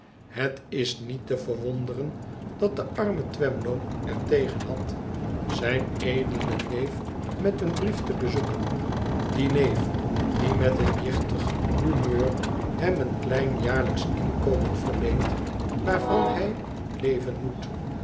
het is niet te verwonderen dat dé arme twemlow er tegen had zijn edelen neef met een brief te bezoeken dien nee die met een jichtig humeur hem een klein jaarlijksch inkomen verleent waarvan hij leven moet